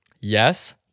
Yes